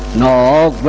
null